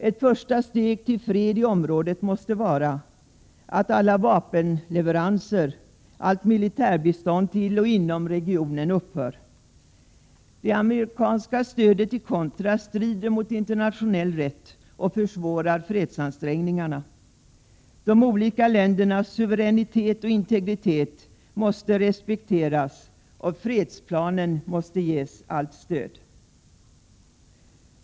Ett första steg till fred i området måste vara att alla vapenleveranser och allt militärbistånd till och inom regionen upphör. Det amerikanska stödet till contras strider mot internationell rätt och försvårar fredsansträngningarna. De olika ländernas suveränitet och integritet måste respekteras, och fredsplanen måste ges allt stöd.